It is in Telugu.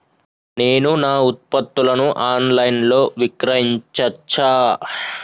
నేను నా ఉత్పత్తులను ఆన్ లైన్ లో విక్రయించచ్చా?